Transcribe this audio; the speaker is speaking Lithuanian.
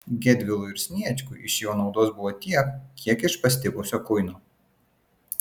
gedvilui ir sniečkui iš jo naudos buvo tiek kiek iš pastipusio kuino